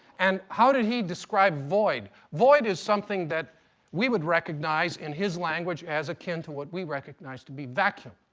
and how did he describe void? void is something that we would recognize, in his language, as akin to what we recognize to be vacuum.